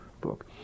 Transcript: book